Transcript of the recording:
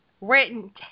written